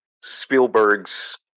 Spielberg's